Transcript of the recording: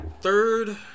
third